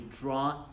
draw